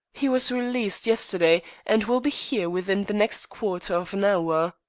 he was released yesterday, and will be here within the next quarter of an hour.